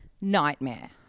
nightmare